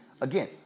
again